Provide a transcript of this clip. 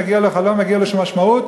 מגיע לו חלום ומגיעה לו משמעות,